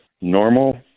Normal